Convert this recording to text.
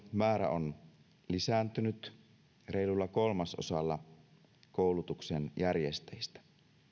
määrä on lisääntynyt reilulla kolmasosalla koulutuksen järjestäjistä